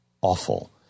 awful